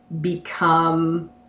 become